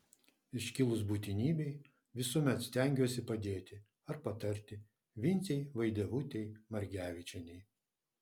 iškilus būtinybei visuomet stengsiuosi padėti ar patarti vincei vaidevutei margevičienei